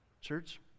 Church